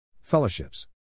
Fellowships